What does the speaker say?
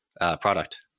product